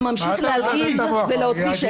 אתה ממשיך להלעיז ולהוציא שקר.